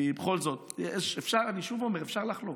כי בכל זאת, אני שוב אומר, אפשר לחלוק.